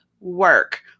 work